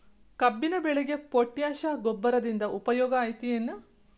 ಕಬ್ಬಿನ ಬೆಳೆಗೆ ಪೋಟ್ಯಾಶ ಗೊಬ್ಬರದಿಂದ ಉಪಯೋಗ ಐತಿ ಏನ್?